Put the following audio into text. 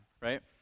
right